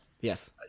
Yes